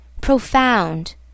profound